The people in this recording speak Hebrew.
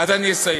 אז אני אסיים.